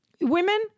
Women